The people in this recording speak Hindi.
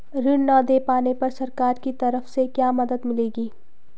ऋण न दें पाने पर सरकार की तरफ से क्या मदद मिलेगी?